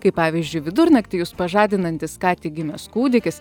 kai pavyzdžiui vidurnaktį jus pažadinantis ką tik gimęs kūdikis